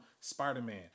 Spider-Man